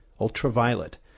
ultraviolet